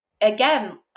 again